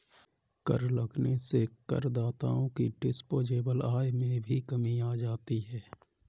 कर लगने से करदाताओं की डिस्पोजेबल आय में भी कमी आ जाती है